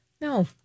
No